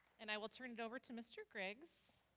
and i will turn it over to mr. griggs